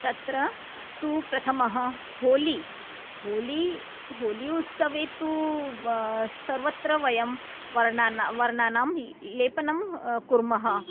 तत्र तु प्रथमः होलिका होलिका होलिका उत्सवे तु सर्वत्र वयं वर्णानां वर्णानां लेपनं कुर्मः